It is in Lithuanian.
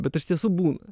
bet iš tiesų būna